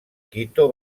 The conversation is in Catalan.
quito